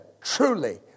Truly